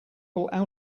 powerful